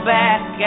back